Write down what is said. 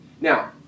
Now